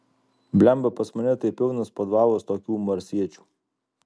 blemba pas mane tai pilnas podvalas tokių marsiečių